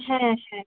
হ্যাঁ হ্যাঁ